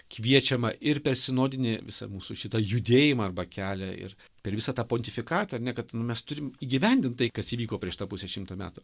kviečiama ir per sinodinį visą mūsų šitą judėjimą arba kelią ir per visą tą pontifikatą ar ne kad nu mes turim įgyvendint tai kas įvyko prieš tą pusę šimto metų